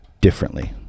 differently